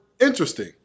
interesting